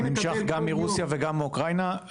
הוא נמשך גם מרוסיה וגם מאוקראינה.